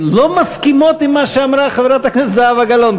מסכימים עם מה שאמרה חברת הכנסת זהבה גלאון.